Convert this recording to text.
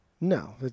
No